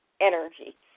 energy